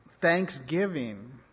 Thanksgiving